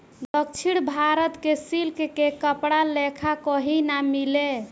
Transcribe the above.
दक्षिण भारत के सिल्क के कपड़ा लेखा कही ना मिले